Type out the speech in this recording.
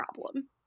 problem